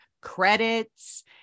credits